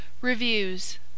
Reviews